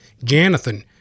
janathan